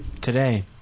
today